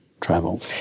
travel